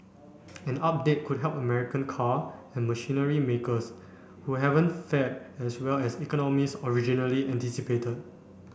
an update could help American car and machinery makers who haven't fared as well as economists originally anticipated